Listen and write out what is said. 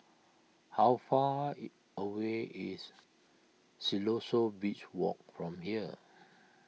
how far away is Siloso Beach Walk from here